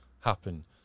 happen